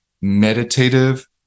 meditative